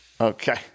Okay